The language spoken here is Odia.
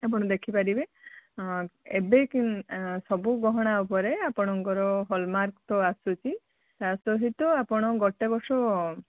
ଆପଣ ଦେଖିପାରିବେ ଏବେ କି ସବୁ ଗହଣା ଉପରେ ଆପଣଙ୍କର ହଲମାର୍କ ତ ଆସୁଛି ଆଉ ତା'ସହିତ ଆପଣ ଗୋଟେ ବର୍ଷ